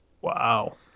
Wow